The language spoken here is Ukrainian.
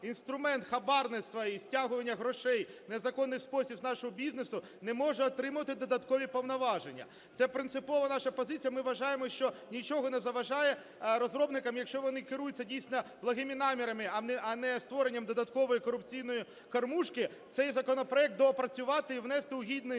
інструмент хабарництва і стягування грошей у незаконний спосіб з нашого бізнесу, не може отримувати додаткові повноваження! Це принципова наша позиція. Ми вважаємо, що нічого не заважає розробникам, якщо вони керуються дійсно благими намірами, а не створенням додаткової корупційної "кормушки", цей законопроект доопрацювати і внести у гідний